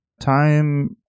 Time